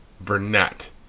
Burnett